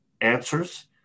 answers